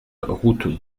route